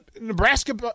Nebraska